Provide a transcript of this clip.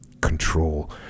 Control